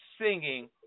singing